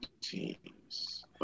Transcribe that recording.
teams